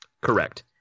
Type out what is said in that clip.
Correct